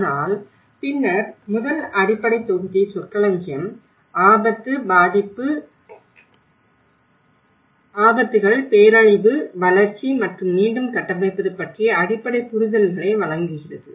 ஆனால் பின்னர் முதல் அடிப்படை தொகுதி சொற்களஞ்சியம் ஆபத்து பாதிப்பு ஆபத்துகள் பேரழிவு வளர்ச்சி மற்றும் மீண்டும் கட்டமைப்பது பற்றிய அடிப்படை புரிதல்களை வழங்குகிறது